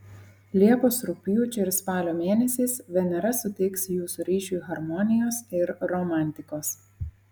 liepos rugpjūčio ir spalio mėnesiais venera suteiks jūsų ryšiui harmonijos ir romantikos